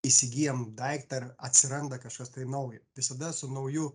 įsigyjam daiktą ar atsiranda kažkas tai naujo visada su nauju